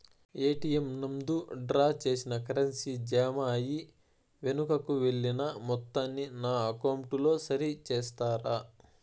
ATM నందు draw చేసిన currency jam అయి వెనుకకు వెళ్లిన మొత్తాన్ని నా అకౌంట్ లో సరి చేస్తారా?